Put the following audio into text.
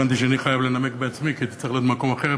הבנתי שאני חייב לנמק בעצמי כי הייתי צריך להיות במקום אחר,